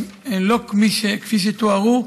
הם לא כפי שתוארו.